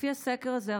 לפי הסקר הזה,